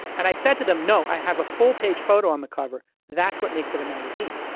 and i said to them, no, i have a full page photo on the cover. that's what makes it a magazine.